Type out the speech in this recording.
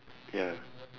ya